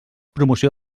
promoció